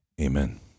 Amen